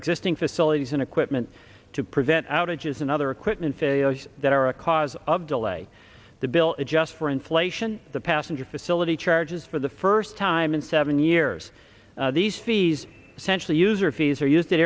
existing facilities and equipment to prevent outages and other equipment failures that are a cause of delay the bill is just for inflation the passenger facility charges for the first time in seven years these fees central user fees are used